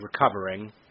recovering